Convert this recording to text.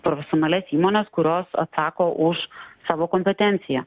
profesionalias įmones kurios atsako už savo kompetenciją